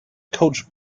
coach